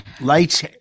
lights